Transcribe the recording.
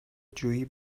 جویی